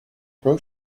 pro